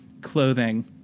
clothing